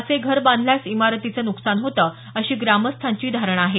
असे घर बांधल्यास इमारतीचे नुकसान होतं अशी ग्रामस्थांची धारणा आहे